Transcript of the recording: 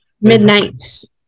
Midnight's